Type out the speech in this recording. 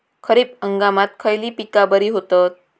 खरीप हंगामात खयली पीका बरी होतत?